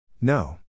No